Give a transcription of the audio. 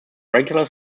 regular